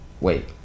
Wait